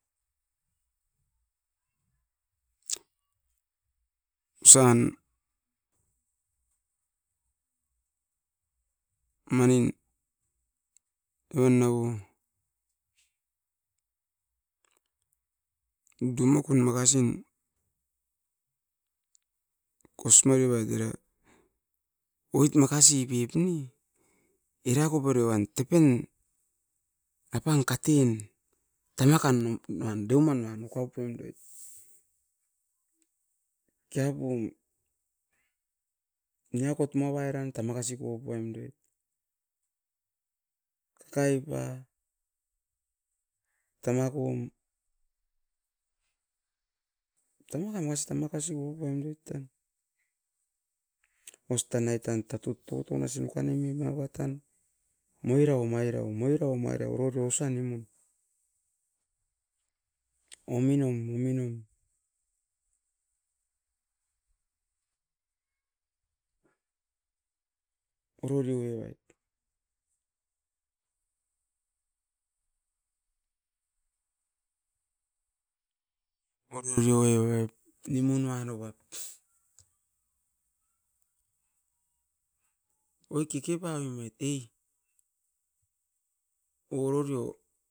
Osan manin evan nau o dumakon makasi kos mmare oait oit makasi. Tepen, apan katen tamakan deumanuan ura puem roit kiapum niakot moava tamakasi koi pura poiem roit, kakkaii ppa, tamakai makasi pura paem roit tan. Totonasin, moirau mairau. Oro rio os tanai nim pune roit tan oro rio evai. Nimu nanoa oit, keke paoim roit, mine tan unatom nim pupe ai mineko.